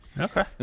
Okay